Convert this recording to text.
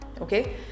okay